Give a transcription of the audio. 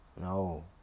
No